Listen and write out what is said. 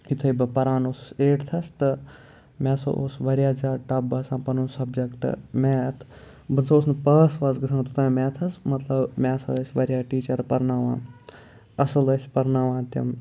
یُتھُے بہٕ پَران اوسُس ایٹتھَس تہٕ مےٚ ہَسا اوس واریاہ زیادٕ ٹَف باسان پَنُن سَبجَکٹ میتھ بہٕ نہ سا اوسُس نہٕ پاس واس گژھان توٚتانۍ میتھَس مطلب مےٚ ہَسا ٲسۍ واریاہ ٹیٖچَر پرناوان اَصٕل ٲسۍ پَرناوان تِم